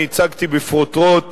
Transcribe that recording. אני הצגתי בפרוטרוט